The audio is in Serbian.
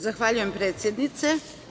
Zahvaljujem, predsednice.